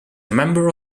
member